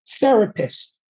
therapist